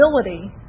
ability